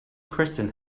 kristen